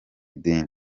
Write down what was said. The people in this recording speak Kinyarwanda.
dini